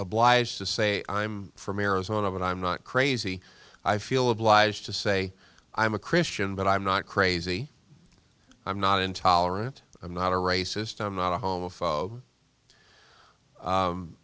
obliged to say i'm from arizona and i'm not crazy i feel obliged to say i'm a christian but i'm not crazy i'm not intolerant i'm not a racist i'm not a hom